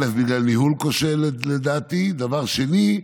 דבר ראשון, בגלל ניהול כושל, לדעתי, דבר שני,